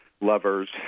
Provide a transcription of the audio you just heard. Lovers